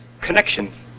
connections